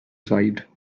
side